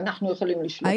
לשלוף.